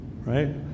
Right